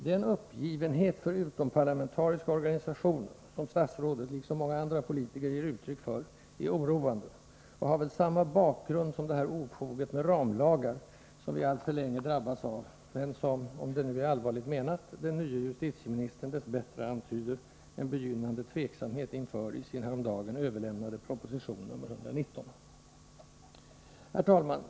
Den uppgivenhet” för utomparlamentariska organisationer, som statsrådet — liksom många andra politiker — ger uttryck för, är oroande och har väl samma bakgrund som det här ofoget med ramlagar, som vi alltför länge drabbats av, men som — om det nu är allvarligt menat — den nye justitieministern dess bättre antyder en begynnande tveksamhet inför i sin häromdagen överlämnade proposition 1983/84:119. Herr talman!